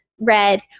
red